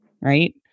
right